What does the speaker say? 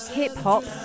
hip-hop